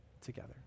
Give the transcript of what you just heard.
together